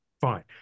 fine